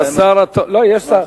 מהשר התורן, לא, יש שר.